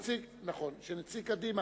נציג קדימה,